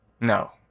No